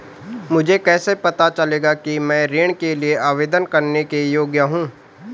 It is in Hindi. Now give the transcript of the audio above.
मुझे कैसे पता चलेगा कि मैं ऋण के लिए आवेदन करने के योग्य हूँ?